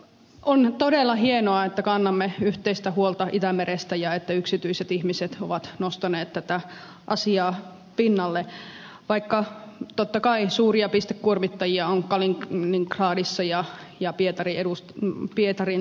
on todella hienoa että kannamme yhteistä huolta itämerestä ja että yksityiset ihmiset ovat nostaneet tätä asiaa pinnalle vaikka totta kai suuria pistekuormittajia on kaliningradissa ja pietarin tienoilla